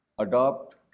adopt